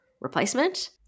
replacement